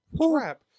crap